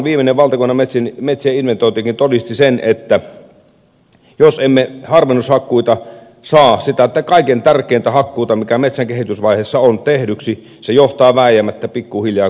viimeinen valtakunnallinen metsien inventointikin todisti sen että jos emme harvennushakkuita saa sitä kaikkein tärkeintä hakkuuta mikä metsän kehitysvaiheessa on tehdyksi se johtaa vääjäämättä pikkuhiljaa kokonaiskasvun laskemiseen